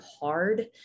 hard